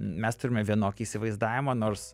mes turime vienokį įsivaizdavimą nors